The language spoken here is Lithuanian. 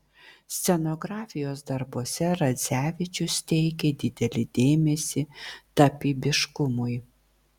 scenografijos darbuose radzevičius teikė didelį dėmesį tapybiškumui